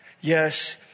Yes